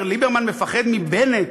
אומר: ליברמן מפחד מבנט,